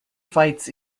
fights